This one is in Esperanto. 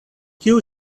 kiu